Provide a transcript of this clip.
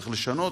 איך לשנות,